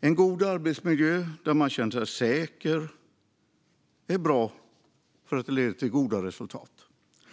En god arbetsmiljö där man känner sig säker är bra för att den leder till goda resultat.